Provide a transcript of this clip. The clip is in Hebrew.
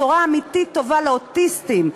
בשורה אמיתית טובה לאוטיסטים.